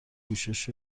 پوشش